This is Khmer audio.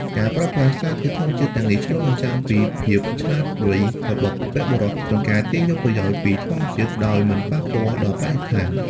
ការប្រើប្រាស់សារធាតុធម្មជាតិទាំងនេះឆ្លុះបញ្ចាំងពីភាពឆ្លាតវៃរបស់បុព្វបុរសក្នុងការទាញយកប្រយោជន៍ពីធម្មជាតិដោយមិនប៉ះពាល់ដល់បរិស្ថាន។